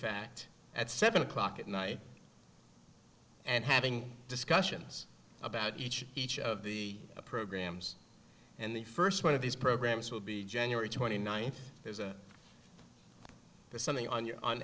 fact at seven o'clock at night and having discussions about each each of the programs and the first one of these programs will be january twenty ninth there's a there's something on your on